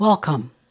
Welcome